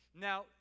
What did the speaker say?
Now